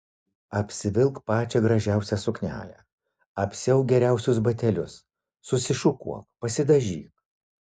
apsivilk pačią gražiausią suknelę apsiauk geriausius batelius susišukuok pasidažyk